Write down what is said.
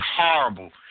horrible